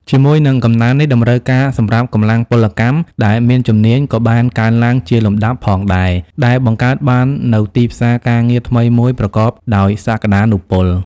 ជាមួយនឹងកំណើននេះ តម្រូវការសម្រាប់កម្លាំងពលកម្មដែលមានជំនាញក៏បានកើនឡើងជាលំដាប់ផងដែរ ដែលបង្កើតបាននូវទីផ្សារការងារថ្មីមួយប្រកបដោយសក្តានុពល។